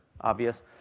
obvious